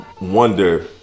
wonder